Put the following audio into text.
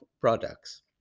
products